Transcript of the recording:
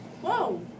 whoa